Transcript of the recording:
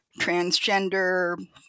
transgender